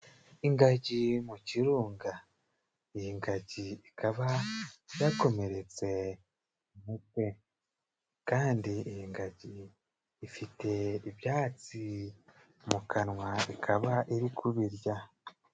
Ingagi mu kirunga. iyi ngagi ikaba yakomeretse mu mutwe kandi iyi ngagi ifite ibyatsi mu kanwa ikaba iri kubirya.